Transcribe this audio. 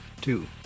two